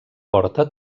porta